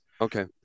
Okay